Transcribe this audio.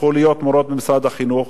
הפכו להיות מורות במשרד החינוך,